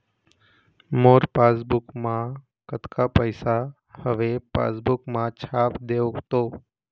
मोर passbook मा कतका पैसा हवे पासबुक मा छाप देव तो?